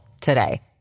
today